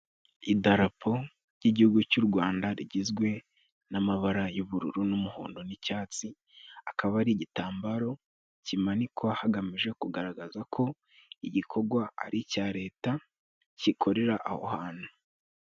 Idarapo ry'igihugu cy'u Rwanda rigizwe n'amabara ;y'ubururu, n'umuhondo ,n'icyatsi ,akaba ari igitambaro kimanikwa hagamijwe kugaragaza ko igikogwa ari icya leta kikorera aho hantu.